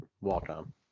welcome